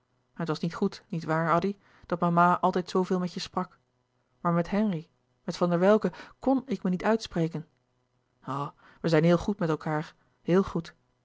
het was niet goed niet waar addy dat mama altijd zooveel met je sprak maar met henri met van der welcke kn ik me niet uitspreken o we zijn heel goed met elkaâr heel goed